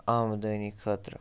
آمدٔنی خٲطرٕ